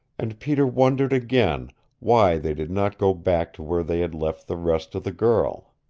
and peter wondered again why they did not go back to where they had left the rest of the girl.